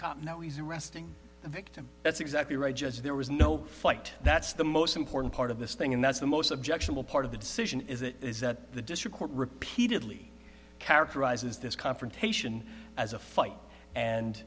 cop now he's arresting the victim that's exactly right just there was no fight that's the most important part of this thing and that's the most objectionable part of the decision is it is that the district court repeatedly characterizes this confrontation as a fight and